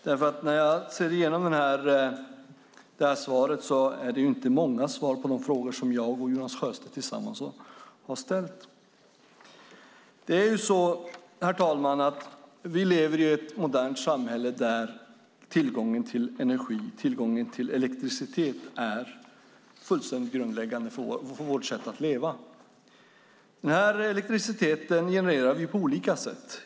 När jag ser igenom svaret är det inte många svar på de frågor som jag och Jonas Sjöstedt tillsammans har ställt. Herr talman! Vi lever i ett modernt samhälle där tillgången till elektricitet är fullständigt grundläggande för vårt sätt att leva. Den elektriciteten genererar vi på olika sätt.